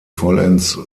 vollends